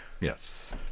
Yes